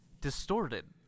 distorted